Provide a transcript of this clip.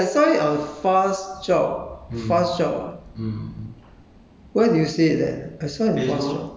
oh oh this [one] ah this [one] I was I think I yeah I saw it on Fastjob Fastjob ah